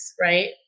right